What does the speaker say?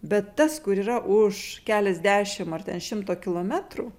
bet tas kur yra už keliasdešim ar ten šimto kilometrų